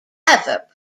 ever